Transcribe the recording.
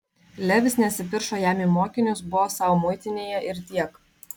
levis nesipiršo jam į mokinius buvo sau muitinėje ir tiek